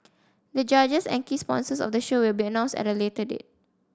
the judges and key sponsors of the show will be announced at a later date